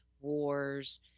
wars